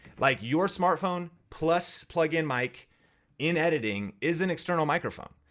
like your smartphone plus plug-in mic in editing is an external microphone.